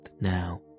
now